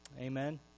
Amen